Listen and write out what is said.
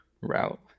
route